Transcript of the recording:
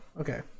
okay